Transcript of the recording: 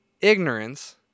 ignorance